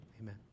Amen